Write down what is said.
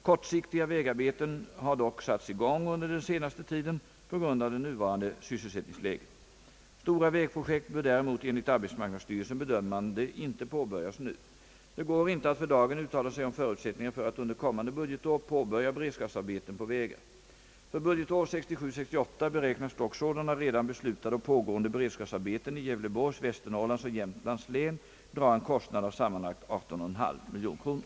Kortsiktiga vägarbeten har dock satts i gång under den senaste tiden på grund av det nuvarande sysselsättningsläget. Stora vägprojekt bör däremot enligt arbetsmarknadsstyrelsens bedömande inte påbörjas nu. Det går inte att för dagen uttala sig om förutsättningarna för att under kommande budgetår påbörja beredskapsarbeten på vägar. För budgetåret 1967/68 beräknas dock sådana redan beslutade och pågående beredskapsarbeten i :Gävleborgs, Västernorrlands och Jämtlands län dra en kostnad av sammanlagt 18,5 miljoner kronor.